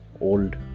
old